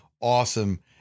awesome